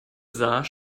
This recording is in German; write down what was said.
sah